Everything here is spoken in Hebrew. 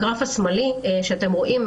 הגרף השמאלי שאתם רואים,